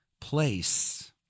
place